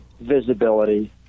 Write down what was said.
visibility